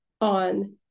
on